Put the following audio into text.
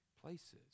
places